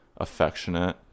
affectionate